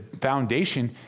foundation